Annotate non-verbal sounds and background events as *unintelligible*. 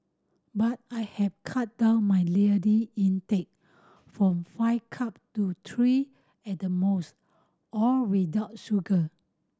but I have cut down my *unintelligible* intake from five cup to three at the most all without sugar